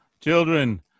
Children